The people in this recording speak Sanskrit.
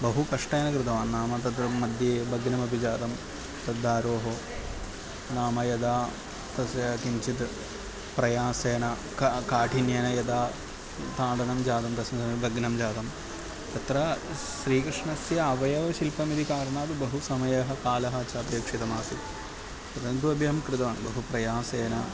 बहु कष्टेन कृतवान् नाम तत्र मध्ये भग्नमपि जातं तद्दारोः नाम यदा तस्य किञ्चित् प्रयासेन का काठिन्येन यदा ताडनं जातं तस्मिन् समये भग्नं जातं तत्र श्रीकृष्णस्य अवयवशिल्पमिति कारणात् बहु समयः कालः च अपेक्षितः आसीत् परन्तु अहं कृतवान् बहु प्रयासेन